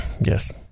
Yes